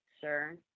sir